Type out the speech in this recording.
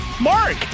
Mark